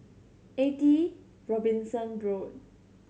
Eighty Robinson Road